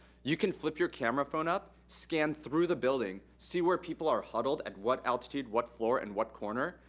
you can flip your camera phone up, scan through the building, see where people are huddled and what altitude, what floor and what corner,